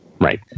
Right